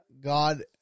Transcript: God